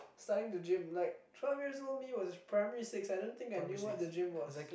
starting to gym like twelve years old me was Primary six I don't think I knew what the gym was